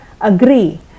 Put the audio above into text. agree